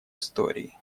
истории